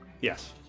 Yes